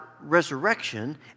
resurrection